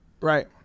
Right